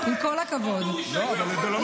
אמרת שזה לא מפריע, אז שידברו.